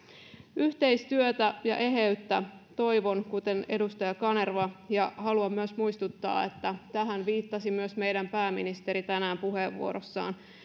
yhteistyötä ja eheyttä toivon kuten edustaja kanerva haluan myös muistuttaa että tähän viittasi myös meidän pääministerimme tänään puheenvuorossaan